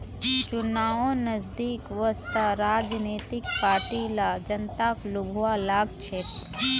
चुनाव नजदीक वस त राजनीतिक पार्टि ला जनताक लुभव्वा लाग छेक